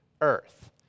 earth